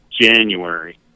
January